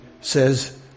says